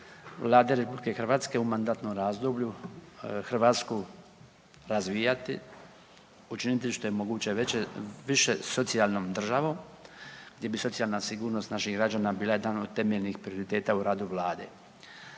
Vlade RH u mandatnom razdoblju Hrvatsku razvijati, učiniti što je moguće veće, više socijalnom državom, gdje bi socijalna sigurnost naših građana bila jedan od temeljnih prioriteta u radu Vlade.